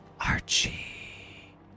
Archie